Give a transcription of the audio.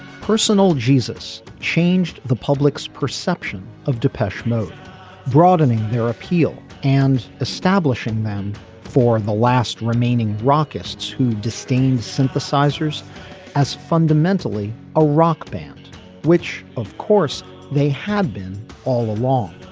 personal jesus changed the public's perception of depeche mode broadening their appeal and establishing them for the last remaining rock ists who disdained synthesizers as fundamentally a rock band which of course they had been all along.